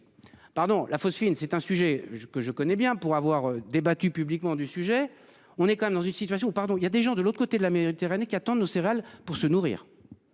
Pardon, la phosphine, c'est un sujet que je connais bien pour avoir débattu publiquement du sujet, on est quand même dans une situation, pardon, il y a des gens de l'autre côté de la Méditerranée qui attendent nos céréales pour se nourrir.